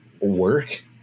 work